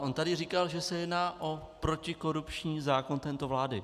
On tady říkal, že se jedná o protikorupční zákon této vlády.